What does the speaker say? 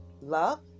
Love